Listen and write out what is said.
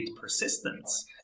persistence